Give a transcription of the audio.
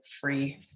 free